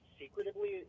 secretively